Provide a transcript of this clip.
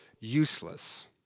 useless